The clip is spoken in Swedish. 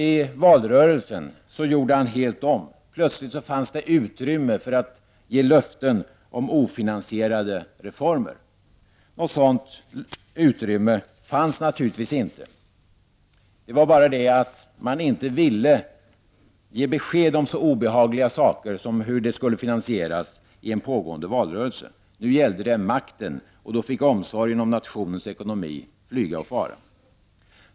I valrörelsen gjorde finansministern helt om. Plötsligt fanns det utrymme för att ge löften om ofinansierade reformer. Något sådant utrymme fanns naturligtvis inte. Men regeringen ville självfallet inte ge besked om så obehagliga saker som finansieringen i en pågående valrörelse. Det gällde makten, och då fick omsorgen om nationens ekonomi flyga och fara.